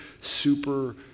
super